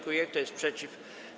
Kto jest przeciw?